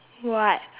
what